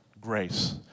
grace